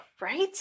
Right